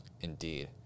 indeed